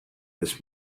this